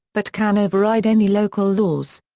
but can override any local laws.